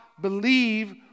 believe